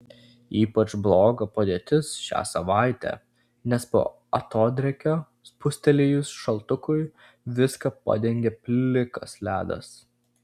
ypač bloga padėtis šią savaitę nes po atodrėkio spustelėjus šaltukui viską padengė plikas ledas